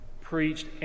preached